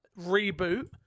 reboot